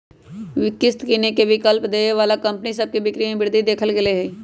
किस्त किनेके विकल्प देबऐ बला कंपनि सभ के बिक्री में वृद्धि देखल गेल हइ